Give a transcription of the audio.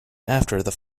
after